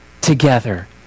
together